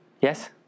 Yes